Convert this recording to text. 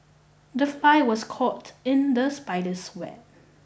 the fly was caught in the spider's web